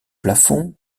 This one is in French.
plafond